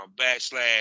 backslash